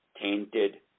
Tainted